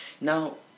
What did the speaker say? Now